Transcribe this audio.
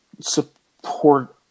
support